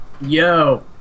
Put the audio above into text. Yo